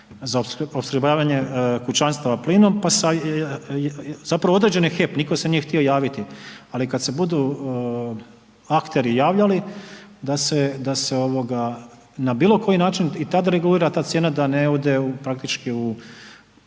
za opskrbljavanje kućanstva plinom pa, zapravo određen je HEP nitko se nije htio javiti, ali kad se budu akteri javljali da se ovoga na bilo koji način i tad regulira ta cijena da ne ode praktički u